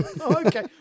okay